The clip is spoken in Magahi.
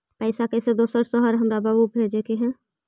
पैसा कैसै दोसर शहर हमरा बाबू भेजे के है?